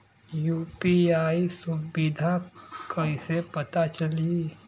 UPI सुबिधा कइसे पता चली?